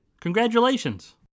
Congratulations